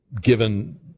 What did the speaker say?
given